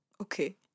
Okay